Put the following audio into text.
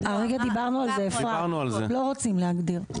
הרגע דיברנו על זה אפרת, לא רוצים להגדיר.